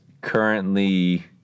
currently